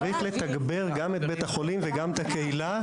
צריך לתגבר גם את בית החולים וגם את הקהילה,